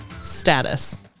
Status